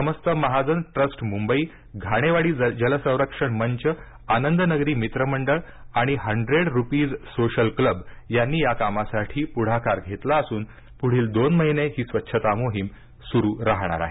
समस्त महाजन ट्रस्ट मुंबई घाणेवाडी जलसरंक्षण मंच आनंदनगरी मित्रमंडळ आणि हंड्रेड रुपीज सोशल क्लब यांनी या कामासाठी पुढाकार घेतला असून पुढील दोन महिने ही स्वच्छता मोहीम सुरू राहणार आहे